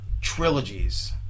trilogies